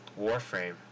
warframe